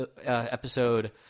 episode